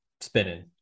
spinning